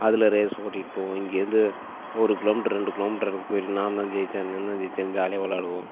அதில் ரேஸ் ஓட்டிகிட்டு போவோம் இங்கேருந்து ஒரு கிலோ மீட்ரு ரெண்டு கிலோ மீட்ரு எடுத்துகிட்டு போய்விட்டு நான்தான் ஜெயிச்சேன் நான்தான் ஜெயிச்சேன் ஜாலியாக விளாடுவோம்